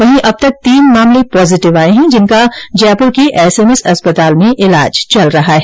वहीं अब तक तीन मामले पॉजीटिव आये है जिनका जयपुर के एसएमएस अस्पताल में ईलाज चल रहा है